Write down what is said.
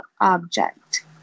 object